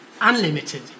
unlimited